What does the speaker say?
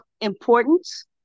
importance